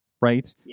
Right